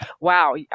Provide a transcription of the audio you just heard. Wow